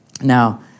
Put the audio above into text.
Now